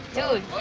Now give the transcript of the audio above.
dude,